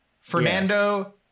Fernando